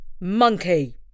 monkey